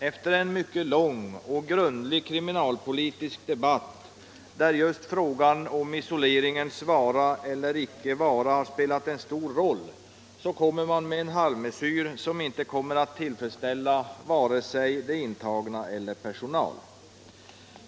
Efter en mycket lång och grundlig kriminalpolitisk debatt, där just frågan om isoleringens vara eller inte vara har spelat en stor roll, föreslår man en halvmesyr som inte kommer att tillfredsställa vare sig intagna eller personal.